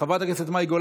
ואחר כך זה יגיע